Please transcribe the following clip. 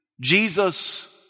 Jesus